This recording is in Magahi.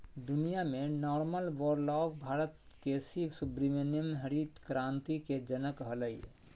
दुनिया में नॉरमन वोरलॉग भारत के सी सुब्रमण्यम हरित क्रांति के जनक हलई